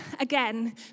again